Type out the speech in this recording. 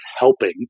helping